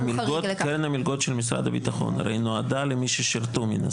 קרן המלגות של משרד הביטחון נועדה הרי למי ששירתו.